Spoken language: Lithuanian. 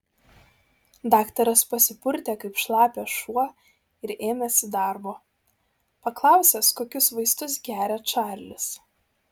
daktaras pasipurtė kaip šlapias šuo ir ėmėsi darbo paklausęs kokius vaistus geria čarlis